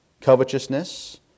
covetousness